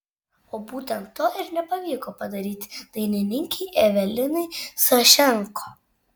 o būtent to ir nepavyko padaryti dainininkei evelinai sašenko